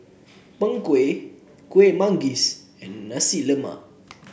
Png Kueh Kuih Manggis and Nasi Lemak